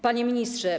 Panie Ministrze!